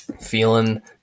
feeling